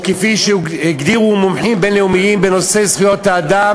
או כפי שהגדירו מומחים בין-לאומיים בנושא זכויות האדם: